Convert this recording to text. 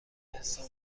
حساب